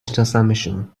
شناسمشون